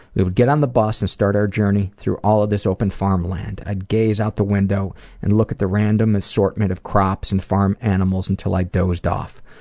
we would get on the bus and start our journey through all of this open farm land, i'd gaze out the window and look at the random assortment of crops and farm animals until i dozed off.